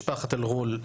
משפחות אלעול.